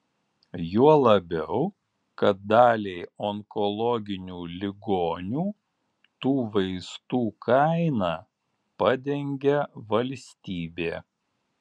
juo labiau kad daliai onkologinių ligonių tų vaistų kainą padengia valstybė